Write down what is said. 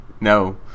No